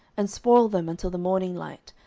and spoil them until the morning light,